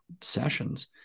sessions